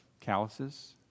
calluses